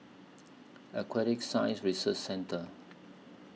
Aquatic Science Research Centre